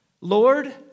Lord